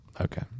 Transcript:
okay